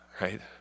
right